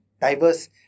diverse